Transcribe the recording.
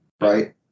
right